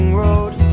road